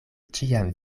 ĉiam